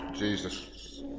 Jesus